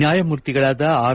ನ್ನಾಯಮೂರ್ತಿಗಳಾದ R